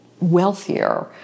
wealthier